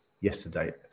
yesterday